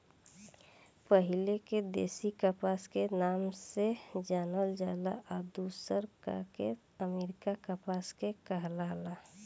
पहिले के देशी कपास के नाम से जानल जाला आ दुसरका के अमेरिकन कपास के कहाला